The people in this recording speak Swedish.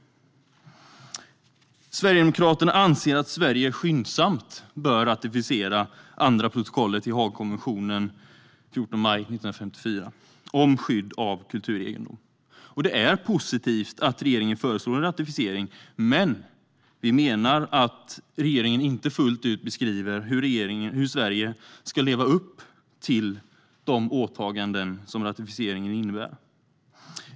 Sverigedemokraterna anser att Sverige skyndsamt bör ratificera andra protokollet till Haagkonventionen den 14 maj 1954 om skydd av kulturegendom. Det är positivt att regeringen föreslår en ratificering, men vi menar att regeringen inte fullt ut beskriver hur Sverige ska leva upp till de åtaganden som ratificeringen innebär.